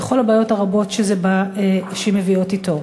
וכל הבעיות הרבות שמגיעות אתם?